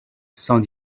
cent